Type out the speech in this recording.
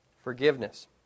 Forgiveness